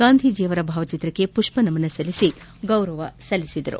ಗಾಂಧೀಜಿಯವರ ಭಾವಚಿತ್ರಕ್ಕೆ ಪುಷ್ಷನಮನ ಸಲ್ಲಿಸಿ ಗೌರವ ಸಲ್ಲಿಸಿದರು